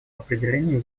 определению